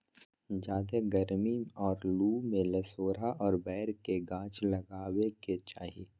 ज्यादे गरमी और लू में लसोड़ा और बैर के गाछ लगावे के चाही